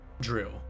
drill